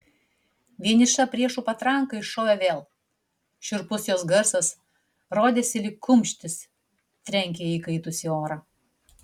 vieniša priešų patranka iššovė vėl šiurpus jos garsas rodėsi lyg kumštis trenkia į įkaitusį orą